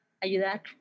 ayudar